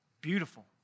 beautiful